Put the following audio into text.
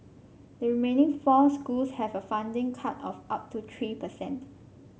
the remaining four schools have a funding cut of up to three percent